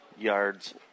yards